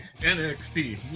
NXT